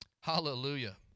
Hallelujah